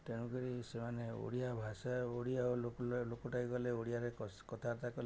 ତେଣୁକରି ସେମାନେ ଓଡ଼ିଆ ଭାଷା ଓଡ଼ିଆ ଲୋକଟେ ଗଲେ ଓଡ଼ିଆରେ କଥାବାର୍ତ୍ତା କଲେ